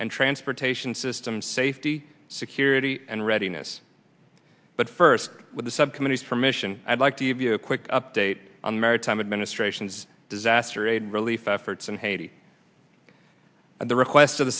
and transportation system safety security and readiness but first with the subcommittees for mission i'd like to give you a quick update on the maritime administration's disaster aid and relief efforts in haiti at the request of the